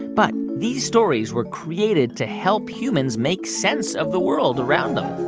but these stories were created to help humans make sense of the world around them,